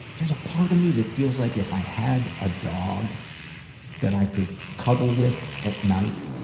there's a part of me that feels like if i had a dog that i could cuddle with at night,